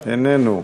איננו.